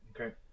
Okay